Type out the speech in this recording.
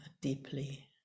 deeply